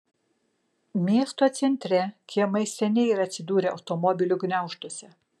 miesto centre kiemai seniai yra atsidūrę automobilių gniaužtuose